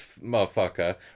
motherfucker